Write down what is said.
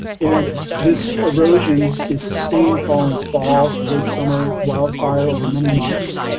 and this erosion is sustained following fall or late summer wildfire over many months.